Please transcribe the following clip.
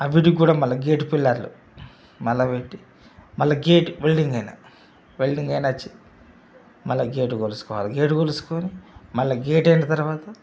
వాటికి కూడా మళ్ళా గేటు పిల్లర్లు మళ్ళా పెట్టి మళ్ళా గేటు వెల్డింగ్ ఆయన వెల్లింగ్ ఆయన వచ్చి మళ్ళా గేటు కొలుచుకోవాలి గేటు కొలుచుకొని మళ్ళా గేట్ ఆయిన తర్వాత